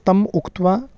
तम् उक्त्वा